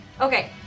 Okay